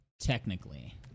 Technically